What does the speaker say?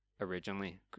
originally